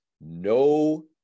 no